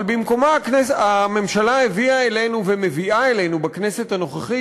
אבל במקומה הממשלה הביאה אלינו ומביאה אלינו בכנסת הנוכחית